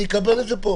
אני אקבל את זה פה.